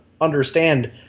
understand